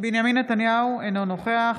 בנימין נתניהו, אינו נוכח